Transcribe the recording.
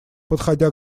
подходя